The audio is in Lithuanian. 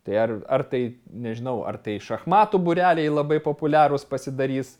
tai ar ar tai nežinau ar tai šachmatų būreliai labai populiarūs pasidarys